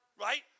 Right